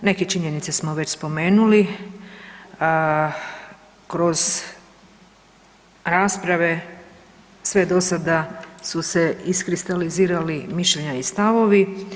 Neke činjenice smo već spomenuli kroz rasprave sve dosada su se iskristalizirali mišljenja i stavovi.